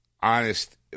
honest